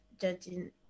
judging